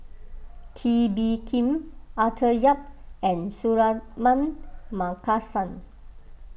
Kee Bee Khim Arthur Yap and Suratman Markasan